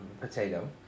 potato